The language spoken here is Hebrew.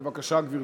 בבקשה, גברתי.